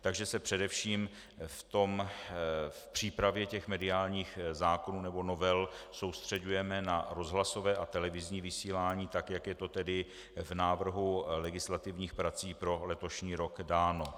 Takže se především v přípravě mediálních zákonů nebo novel soustřeďujeme na rozhlasové a televizní vysílání tak, jak je to v návrhu legislativních prací pro letošní rok dáno.